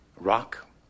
rock